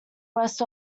west